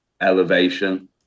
elevation